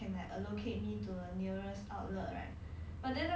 then then right at first the agent like